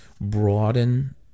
broaden